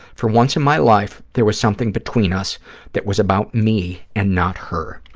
for once in my life, there was something between us that was about me and not her.